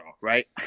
right